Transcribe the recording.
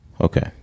Okay